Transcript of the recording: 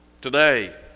Today